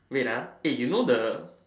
wait ah you know the